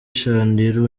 chandiru